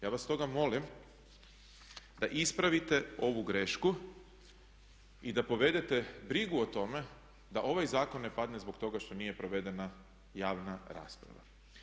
Ja vas stoga molim da ispravite ovu grešku i da povedete brigu o tome da ovaj zakon ne padne zbog toga što nije provedena javna rasprava.